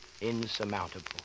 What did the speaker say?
insurmountable